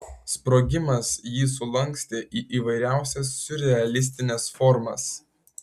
sprogimas jį sulankstė į įvairiausias siurrealistines formas